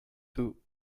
two